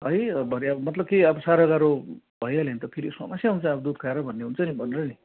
है भरे अब मतलब केही साह्रो गाह्रो भइहाल्यो भने त फेरि समस्या हुन्छ अब दुध खाएर भन्ने हुन्छ भनेर नि